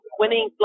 winning